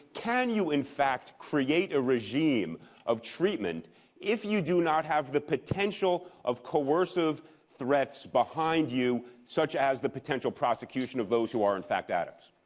can you in fact create a regime of treatment if you do not have the potential of coersive threats behind you, such as the potential prosecution of those who are in fact addicts.